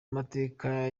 amateka